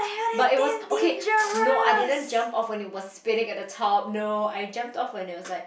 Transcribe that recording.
but it was okay no I didn't jump off when it was spinning at the top no I jumped off when it was like